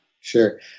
Sure